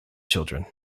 children